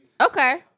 Okay